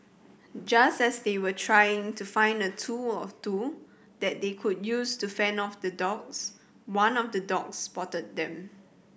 just as they were trying to find a tool or two that they could use to fend off the dogs one of the dogs spotted them